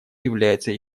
является